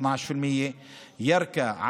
עכשיו 12%; ירכא,